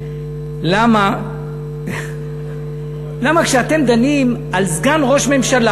למה כשאתם דנים על סגן ראש ממשלה,